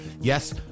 Yes